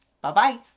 Bye-bye